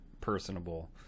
personable